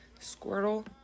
Squirtle